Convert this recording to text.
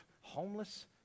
homeless